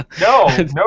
No